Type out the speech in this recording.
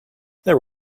there